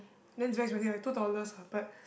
then it's very expensive eh two dollars ah but